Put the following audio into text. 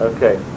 Okay